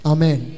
Amen